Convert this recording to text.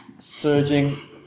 Surging